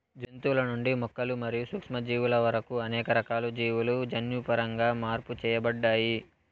జంతువుల నుండి మొక్కలు మరియు సూక్ష్మజీవుల వరకు అనేక రకాల జీవులు జన్యుపరంగా మార్పు చేయబడ్డాయి